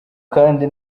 kandi